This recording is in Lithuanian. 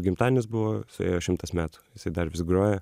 gimtadienis buvo suėjo šimtas metų jisai dar vis groja